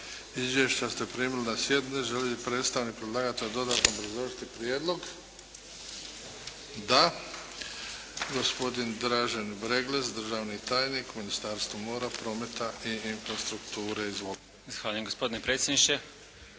Izvješća ste primili na sjednici. Želi li predstavnik predlagatelja dodatno obrazložiti prijedlog? Da. Gospodin Dražen Breglec, državni tajnik u Ministarstvu mora, prometa i infrastrukture. Izvolite. **Breglec, Dražen** Zahvaljujem gospodine predsjedniče,